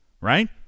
right